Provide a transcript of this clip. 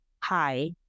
hi